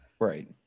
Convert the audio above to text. right